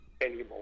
anymore